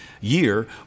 year